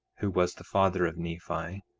who was the father of nephi,